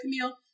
Camille